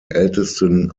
ältesten